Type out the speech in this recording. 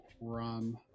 run